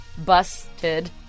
Busted